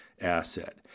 asset